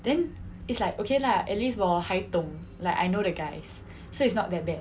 then it's like okay lah at least 我还懂 like I know the guys so it's not that bad